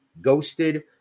ghosted